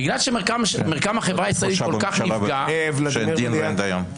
--- בממשלה שאין דין ואין דיין.